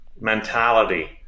mentality